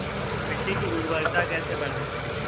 मिट्टी की उर्वरता कैसे बढ़ाएँ?